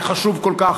החשוב כל כך,